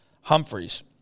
Humphreys